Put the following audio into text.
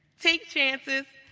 take chances,